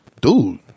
Dude